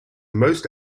most